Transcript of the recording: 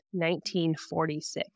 1946